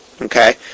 Okay